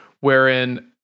wherein